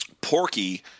Porky